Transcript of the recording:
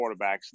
quarterbacks